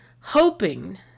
hoping